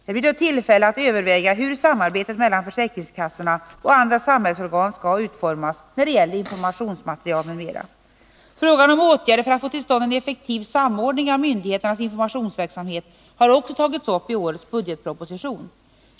Det blir då tillfälle att överväga hur samarbetet mellan försäkringskassorna och andra samhällsorgan skall utformas när det gäller informationsmaterial m.m. myndigheternas informationsverksamhet har också tagits upp i årets budgetproposition.